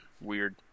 weird